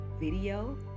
video